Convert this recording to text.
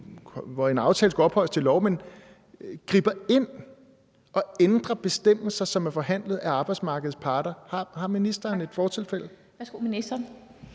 hvor en aftale skulle ophøjes til lov, griber ind og ændrer bestemmelser, som er forhandlet af arbejdsmarkedets parter? Har ministeren et fortilfælde?